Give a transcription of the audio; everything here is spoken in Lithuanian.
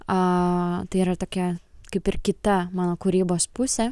a tai yra tokia kaip ir kita mano kūrybos pusė